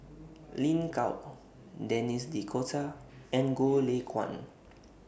Lin Gao Denis D'Cotta and Goh Lay Kuan